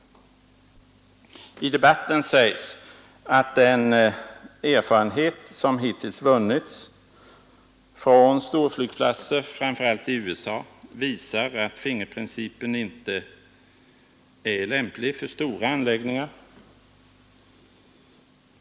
I debatten sägs att den erfarenhet som hittills vunnits från storflygplatser, framför allt i USA, visar att fingerprincipen inte är lämplig för stora anläggningar.